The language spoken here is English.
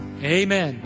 amen